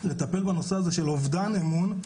לטפל בנושא של אובדן אמון.